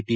T